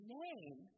name